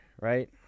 right